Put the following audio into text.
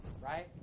right